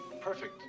Perfect